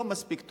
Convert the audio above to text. לא מספיק טובים,